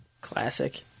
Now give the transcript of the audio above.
Classic